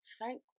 thank